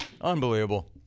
Unbelievable